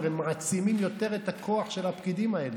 הרי הם מעצימים יותר את הכוח של הפקידים האלה.